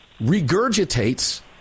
regurgitates